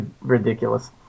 ridiculous